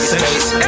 space